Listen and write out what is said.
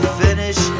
finish